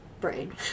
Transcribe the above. brain